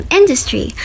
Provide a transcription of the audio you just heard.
industry